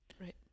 right